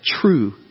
true